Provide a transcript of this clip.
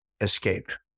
escaped